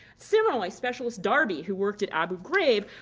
similarly, specialist darby, who worked at abu ghraib,